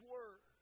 Word